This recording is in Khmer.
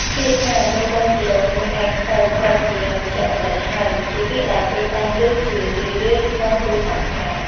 ឃ្លាថា “មើលបងជីដូនមួយឯងទៅ គាត់ជាវេជ្ជបណ្ឌិតហើយ” ជាពាក្យដែលគេតែងឮជារឿយៗក្នុងគ្រួសារខ្មែរ។